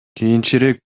кийинчерээк